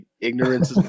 ignorance